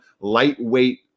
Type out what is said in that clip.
lightweight